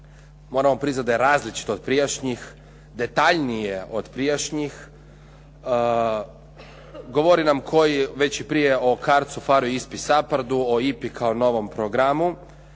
Moramo priznati da je različitih od prijašnjih, detaljnije od prijašnjih, govori nam već i prije o CARDS-u, PHARE-u, ISPA-i, SAPARD-u o IPI kao novom programu.